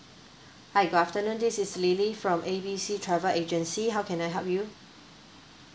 hi good afternoon this is lily from A B C travel agency how can I help you